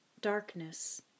darkness